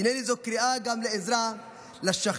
הינני זו קריאה גם לעזרה לשכן,